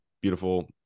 beautiful